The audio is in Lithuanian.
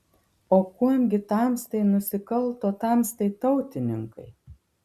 o kuom gi tamstai nusikalto tamstai tautininkai